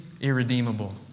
irredeemable